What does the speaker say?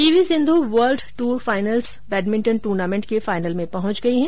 P V Sindhu world tour finals badminton tournament के final में पहुंच गई हैं